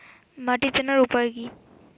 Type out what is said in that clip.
মাটি চেনার উপায় কি?